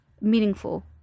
meaningful